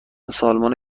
سالمون